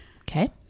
Okay